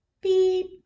Beep